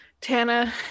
tana